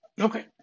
Okay